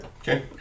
Okay